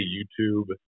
YouTube